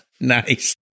Nice